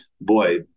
boy